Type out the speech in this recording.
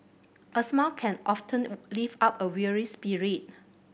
a smile can often lift up a weary spirit